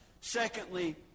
Secondly